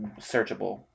searchable